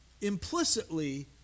implicitly